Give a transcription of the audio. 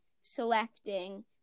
selecting